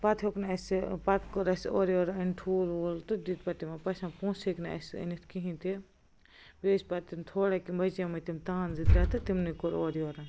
پتہٕ ہیٚوک نہٕ اسہِ پتہٕ کوٚر اسہِ اورٕ یور أنۍ ٹھوٗل ووٗل تہٕ دیٛت پتہٕ تِمن پَژھیٚن پوٚنٛسہٕ ہیٚکۍ نہٕ اسہِ أنِتھ کِہیٖنۍ تہِ بیٚیہِ ٲسۍ پتہٕ تِم تھوڑا کیٚنٛہہ بچیٛٲیمٕتۍ تِم تان زٕ ترٛےٚ تہٕ تِمنٕے کوٚر اورٕ یور